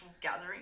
gathering